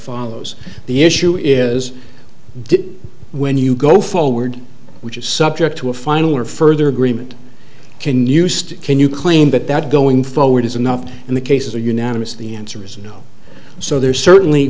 follows the issue is did when you go forward which is subject to a final or further agreement can used can you claim that that going forward is enough and the cases are unanimous the answer is no so there certainly